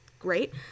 great